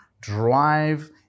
drive